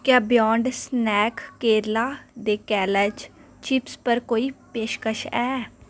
क्या Beyond Snack Kerala दे केला चिप्स पर कोई पेशकश ऐ